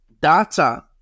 data